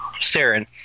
Saren